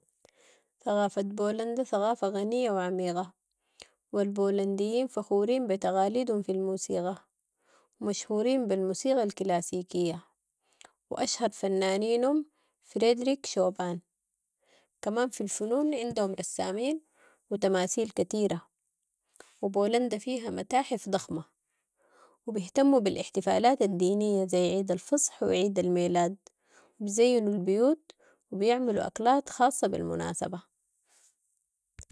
ثقافة بولندا ثقافة غنية و عميقة و البولنديين فخورين بتقاليدهم في الموسيقى و مشهورين بالموسيقى الكلاسيكية و اشهر فنانينهم فريديريك شوبان، كمان في الفنون عندهم رسامين و تماثيل كتيرة و بولندا فيها متاحف ضخمة و بهتموا بالاحتفالات الدينية، زي عيد الفصح و عيد الميلاد، بيزينوا البيوت و بيعملوا اكلات خاصة بالمناسبة.